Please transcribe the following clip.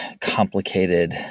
complicated